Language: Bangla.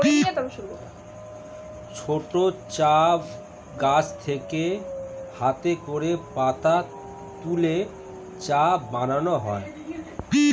ছোট চা গাছ থেকে হাতে করে পাতা তুলে চা বানানো হয়